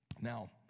Now